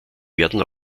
werden